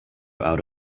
out